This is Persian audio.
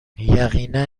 یقینا